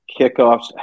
kickoffs